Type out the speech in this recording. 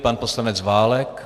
Pan poslanec Válek.